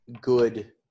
good